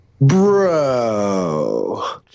Bro